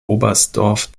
oberstdorf